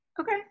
Okay